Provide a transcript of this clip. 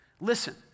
Listen